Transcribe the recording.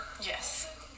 yes